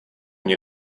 mně